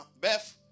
Beth